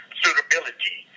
suitability